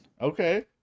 Okay